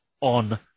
on